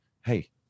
hey